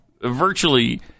virtually